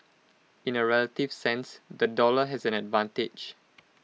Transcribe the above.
in A relative sense the dollar has an advantage